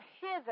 hither